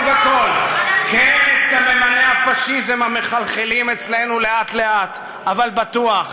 וכול את סממני הפאשיזם המחלחלים אצלנו לאט-לאט אבל בטוח?